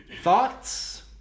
Thoughts